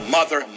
Mother